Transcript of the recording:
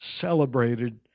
celebrated